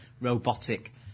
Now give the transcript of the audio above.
robotic